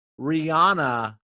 Rihanna